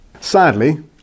Sadly